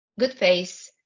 Goodface